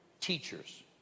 teachers